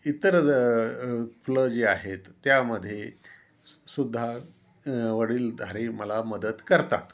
इतर जे फुलं जी आहेत त्यामध्ये सुद्धा वडीलधारी मला मदत करतात